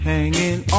Hanging